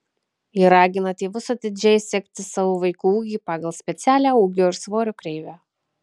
ji ragina tėvus atidžiai sekti savo vaikų ūgį pagal specialią ūgio ir svorio kreivę